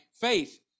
faith